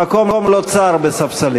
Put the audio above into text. המקום לא צר בספסלים.